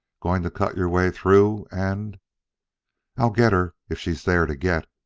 going to cut your way through and i'll get her if she's there to get,